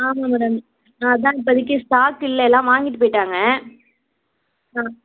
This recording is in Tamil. ஆமாம் மேடம் நான் அதுதான் இப்போதிக்கு ஸ்டாக் இல்லை எல்லாம் வாங்கிகிட்டு போய்விட்டாங்க ஆ